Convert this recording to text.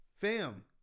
fam